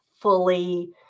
fully